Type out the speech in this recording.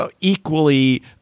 equally